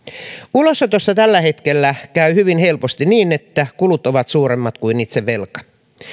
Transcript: ulosotossa tällä hetkellä käy hyvin helposti niin että kulut ovat suuremmat kuin itse velka